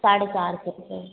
साढ़े चार सौ रुपये